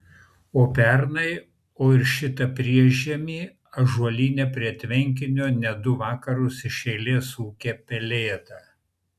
o pernai o ir šitą priešžiemį ąžuolyne prie tvenkinio net du vakarus iš eilės ūkė pelėda